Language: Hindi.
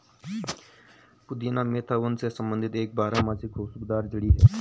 पुदीना मेंथा वंश से संबंधित एक बारहमासी खुशबूदार जड़ी है